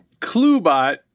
ClueBot